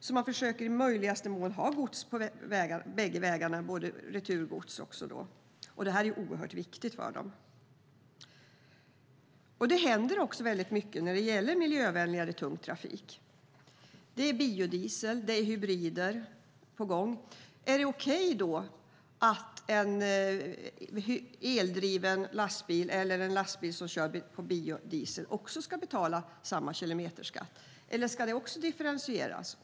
Därför försöker de i möjligaste mån ha gods på bägge vägarna, alltså returgods också. Det här är oerhört viktigt för dem. Det händer också väldigt mycket när det gäller miljövänligare tung trafik. Det är biodiesel. Och det är hybrider på gång. Är det okej att man för en eldriven lastbil eller en lastbil som kör på biodiesel ska betala samma kilometerskatt? Eller ska det också differentieras?